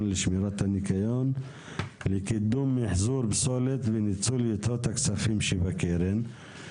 לשמירת הניקיון לקידום מחזור פסולת וניצול יתרות הכספים שבקרן.